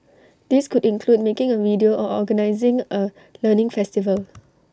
these could include making A video or organising A learning festival